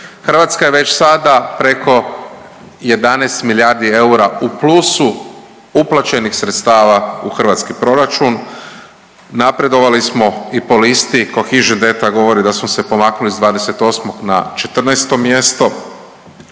Hrvatska je već sada preko 11 milijardi eura u plusu uplaćenih sredstava u hrvatski proračun, napredovali smo i po listi Cohesion Data govori da smo se pomaknuli s 28. na 14. mjesto,